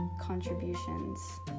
contributions